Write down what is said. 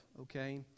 Okay